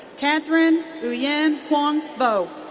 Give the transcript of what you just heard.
catherine uyen hoang vo.